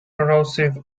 corrosive